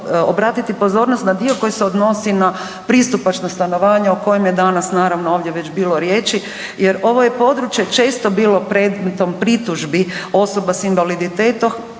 obratiti pozornost na dio koji se odnosi na pristupačnost stanovanja o kojem je danas naravno ovdje već bilo riječi jer ovo je područje često bilo predmetom pritužbi osoba s invaliditetom